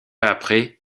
après